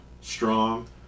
strong